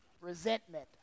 resentment